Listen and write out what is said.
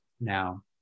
now